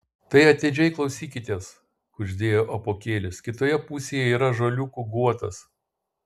tai atidžiai klausykitės kuždėjo apuokėlis kitoje pusėje yra ąžuoliukų guotas